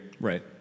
Right